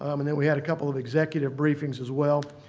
um and then we had a couple of executive briefings as well.